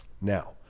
Now